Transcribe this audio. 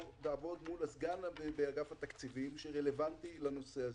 מול הסגן באגף התקציבים שרלוונטי לנושא הזה.